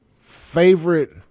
favorite